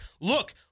look